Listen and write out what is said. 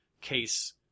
case